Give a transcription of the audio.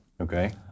Okay